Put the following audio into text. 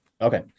Okay